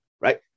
right